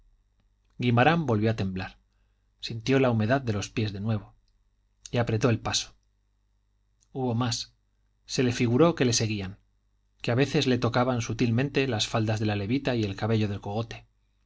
guimarán volvió a temblar sintió la humedad de los pies de nuevo y apretó el paso hubo más se le figuró que le seguían que a veces le tocaban sutilmente las faldas de la levita y el cabello del cogote